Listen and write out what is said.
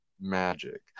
magic